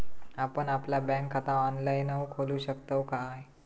आपण आपला बँक खाता ऑनलाइनव खोलू शकतव काय?